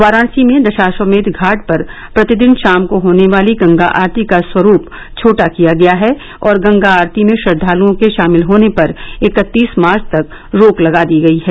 वाराणसी में दशाश्वमेघ घाट पर प्रतिदिन शाम को होने वाली गंगा आरती का स्वरूप छोटा किया गया है और गंगा आरती में श्रद्वालुओं के शामिल होने पर इकत्तीस मार्च तक रोक लगा दी गई है